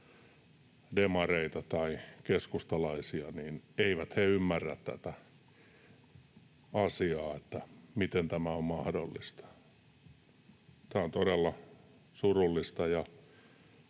demareita tai keskustalaisia, eivät ymmärrä tätä asiaa, miten tämä on mahdollista. Tämä on todella surullista, ja